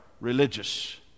religious